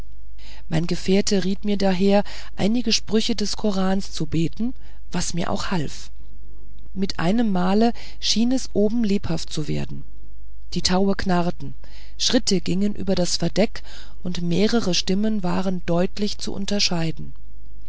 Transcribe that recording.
mein gefährte riet mir daher einige sprüche des korans zu beten was mir auch half mit einem male schien es oben lebhaft zu werden die taue knarrten schritte gingen über das verdeck und mehrere stimmen waren deutlich zu unterscheiden